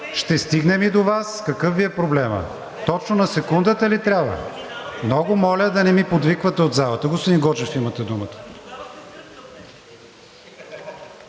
ще стигнем и до Вас, какъв е проблемът?! Точно на секундата ли трябва?! Много моля да не ми подвиквате от залата. (Реплики.) Господин Гочев, имате думата.